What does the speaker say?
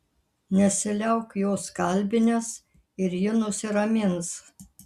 nesiliauk jos kalbinęs ir ji nusiramins